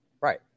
Right